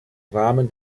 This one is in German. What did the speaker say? rahmen